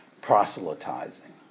proselytizing